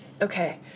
okay